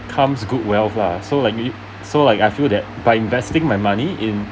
comes good wealth lah so like if so like I feel that by investing my money in